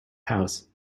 house